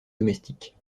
domestiques